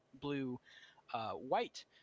blue-white